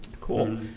Cool